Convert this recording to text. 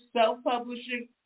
self-publishing